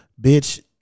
bitch